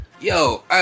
Yo